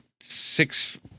six